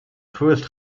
first